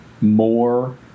more